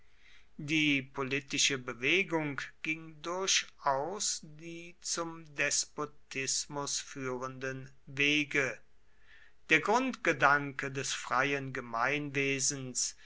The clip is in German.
die politische bewegung ging durchaus die zum despotismus führenden wege der grundgedanke des freien gemeinwesens